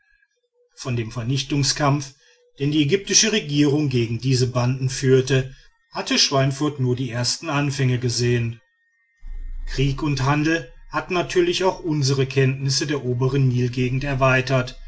von dem vernichtungskampf den die ägyptische regierung gegen diese banden führte hatte schweinfurth nur die ersten anfänge gesehen krieg und handel hatten natürlich auch unsere kenntnis der obern nilgegend erweitert